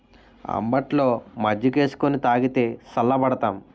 అంబట్లో మజ్జికేసుకొని తాగితే సల్లబడతాం